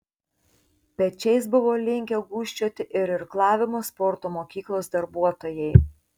pečiais buvo linkę gūžčioti ir irklavimo sporto mokyklos darbuotojai